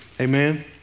Amen